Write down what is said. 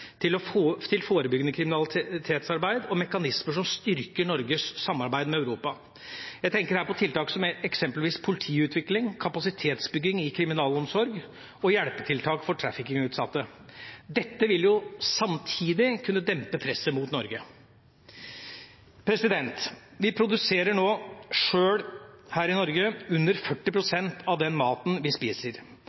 til forebyggende kriminalitetsarbeid og mekanismer som styrker Norges samarbeid med Europa. Jeg tenker her på tiltak som eksempelvis politiutvikling, kapasitetsbygging i kriminalomsorg og hjelpetiltak for trafficking-utsatte. Dette vil samtidig kunne dempe presset mot Norge. Vi produserer nå sjøl, her i Norge, under 40 pst. av den maten vi spiser.